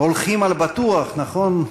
"הולכים על בטוח", נכון?